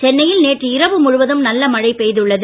சென்னையில் நேற்று இரவு முழுவதும் நல்ல மழை பெய்துள்ளது